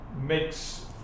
makes